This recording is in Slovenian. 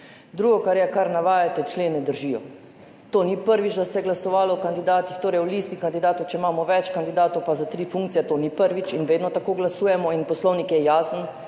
Drugo, kar je, kar navajate, členi držijo. To ni prvič, da se je glasovalo o kandidatih, torej o listi kandidatov. Če imamo več kandidatov za tri funkcije, to ni prvič in vedno tako glasujemo in Poslovnik je jasen